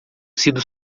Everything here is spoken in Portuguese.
sido